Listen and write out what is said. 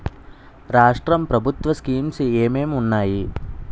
రాష్ట్రం ప్రభుత్వ స్కీమ్స్ ఎం ఎం ఉన్నాయి?